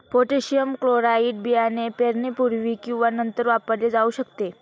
potassium chloride बियाणे पेरण्यापूर्वी किंवा नंतर वापरले जाऊ शकते